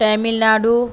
Tamil Nadu